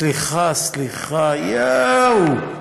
סליחה, סליחה, יואו.